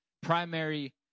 primary